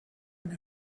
eine